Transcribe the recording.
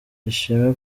ishimwe